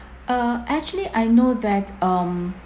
uh actually I know that um